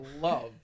love